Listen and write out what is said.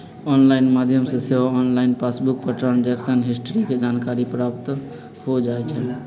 online माध्यम से सेहो ऑनलाइन पासबुक पर ट्रांजैक्शन हिस्ट्री के जानकारी प्राप्त हो जाइ छइ